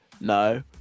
no